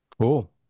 cool